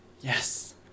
Yes